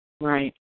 Right